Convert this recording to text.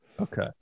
Okay